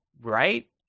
right